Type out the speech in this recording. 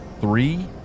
Three